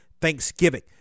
Thanksgiving